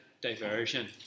diversion